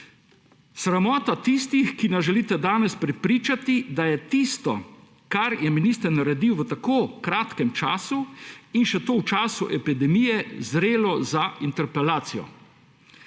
Sramota tistih, ki nas želite danes prepričati, da je tisto, kar je minister naredil v tako kratkem času, in še to v času epidemije, zrelo za interpelacijo.